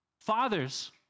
Fathers